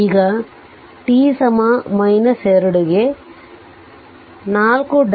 ಈಗ t 2ಗೆ 4t2